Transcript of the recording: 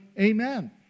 Amen